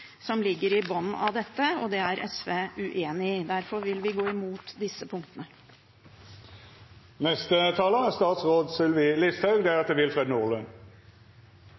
som ligger i bunnen av dette, og det er SV uenig i. Derfor vil vi gå imot disse